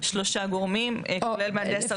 שלושה גורמים כולל מהנדס הרשות.